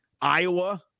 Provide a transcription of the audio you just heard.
Iowa